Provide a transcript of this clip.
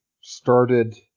started